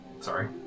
Sorry